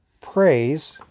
praise